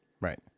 Right